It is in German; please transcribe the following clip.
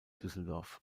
düsseldorf